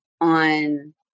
on